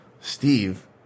Steve